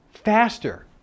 faster